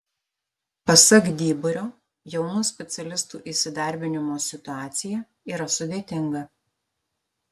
pasak dyburio jaunų specialistų įsidarbinimo situacija yra sudėtinga